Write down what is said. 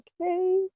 Okay